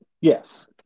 Yes